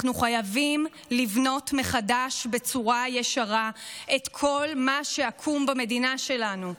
אנחנו חייבים לבנות מחדש בצורה ישרה את כל מה שעקום במדינה שלנו.